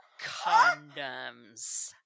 condoms